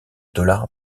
dollars